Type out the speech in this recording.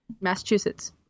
massachusetts